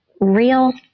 real